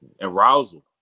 arousal